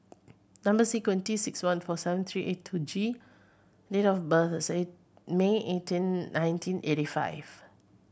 number sequence T six one four seven three eight two G date of birth is May eighteen nineteen eighty five